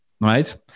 Right